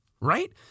right